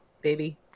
baby